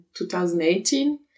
2018